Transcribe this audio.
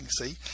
See